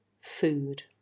food